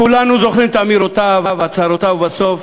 כולנו זוכרים את אמירותיו ואת הצהרותיו, ובסוף,